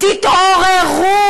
תתעוררו.